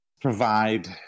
provide